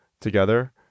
together